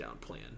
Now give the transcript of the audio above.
plan